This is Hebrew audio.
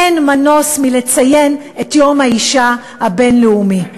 אין מנוס מלציין את יום האישה הבין-לאומי.